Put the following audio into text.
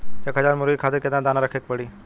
एक हज़ार मुर्गी खातिर केतना दाना रखे के पड़ी?